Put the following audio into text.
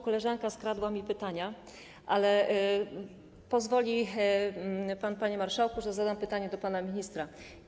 Koleżanka skradła mi pytania, ale pozwoli pan, panie marszałku, że zadam pytanie panu ministrowi.